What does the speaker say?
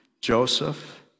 Joseph